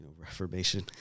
Reformation